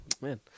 Man